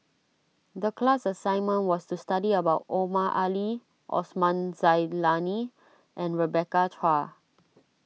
the class assignment was to study about Omar Ali Osman Zailani and Rebecca Chua